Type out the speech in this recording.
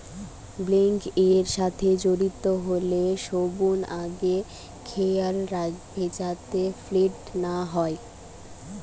bank এর সাথে জড়িত হলে সবনু আগে খেয়াল রাখবে যাতে ফ্রড না হয়